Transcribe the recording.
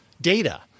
data